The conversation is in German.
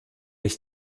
ich